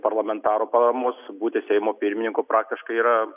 parlamentarų paramos būti seimo pirmininku praktiškai yra